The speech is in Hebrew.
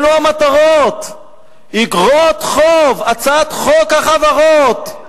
אלו המטרות, איגרות חוב, הצעת חוק החברות.